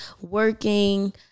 working